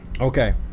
Okay